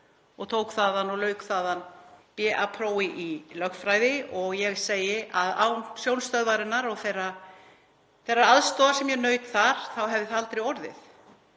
ég vildi læra og lauk þaðan BA-prófi í lögfræði. Ég segi að án Sjónstöðvarinnar og þeirrar aðstoðar sem ég naut þar hefði það aldrei orðið.